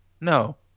No